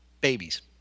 Babies